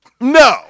No